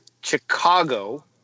Chicago